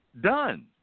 done